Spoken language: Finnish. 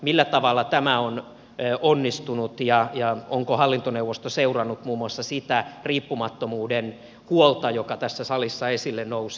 millä tavalla tämä on onnistunut ja onko hallintoneuvosto seurannut muun muassa sitä riippumattomuuden huolta joka tässä salissa esille nousi